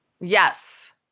Yes